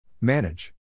Manage